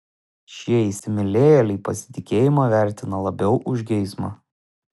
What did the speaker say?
šie įsimylėjėliai pasitikėjimą vertina labiau už geismą